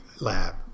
lab